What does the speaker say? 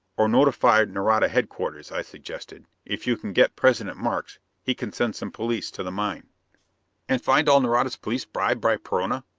or notify nareda headquarters, i suggested. if you can get president markes, he can send some police to the mine and find all nareda's police bribed by perona?